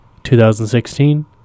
2016